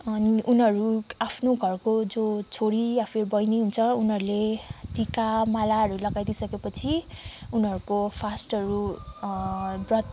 अनि उनीहरू आफ्नो घरको जो छोरी या फिर बहिनी हुन्छ उनीहरूले टिका मालाहरू लगाइदिई सकेपछि उनीहरूको फास्टहरू व्रत